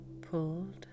pulled